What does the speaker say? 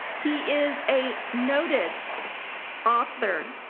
he is a noted author,